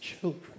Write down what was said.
children